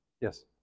yes